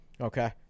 Okay